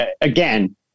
again